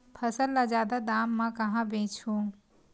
फसल ल जादा दाम म कहां बेचहु?